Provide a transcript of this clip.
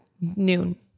noon